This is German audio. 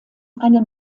einen